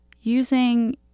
using